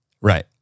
Right